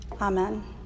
Amen